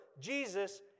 Jesus